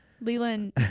leland